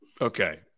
okay